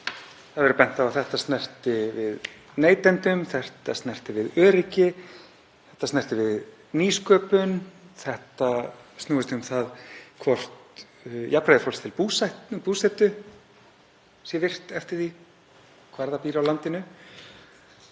Það hefur verið bent á að þetta snerti við neytendum, þetta snerti öryggi, þetta snerti við nýsköpun, þetta snúist um það hvort jafnræði fólks til búsetu sé virt eftir því hvar það býr á landinu